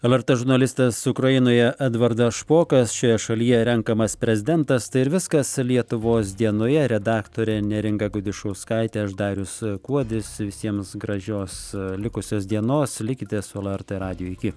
lrt žurnalistas ukrainoje edvardas špokas šioje šalyje renkamas prezidentas tai ir viskas lietuvos dienoje redaktorė neringa gudišauskaitė aš darius kuodis visiems gražios likusios dienos likite su lrt radijui iki